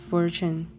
Fortune